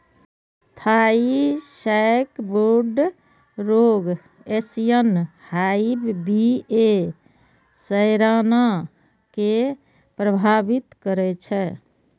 Thai sacbrood रोग Asian hive बी.ए सेराना कें प्रभावित करै छै